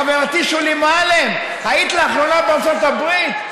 חברתי שולי מועלם, היית לאחרונה בארצות הברית?